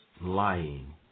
lying